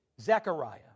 Zechariah